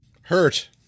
Hurt